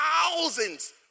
thousands